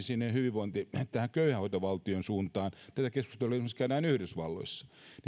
sinne köyhäinhoitovaltion suuntaan tätä keskustelua käydään esimerkiksi yhdysvalloissa